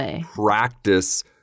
practice